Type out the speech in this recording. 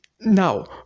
Now